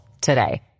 today